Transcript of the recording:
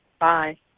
Bye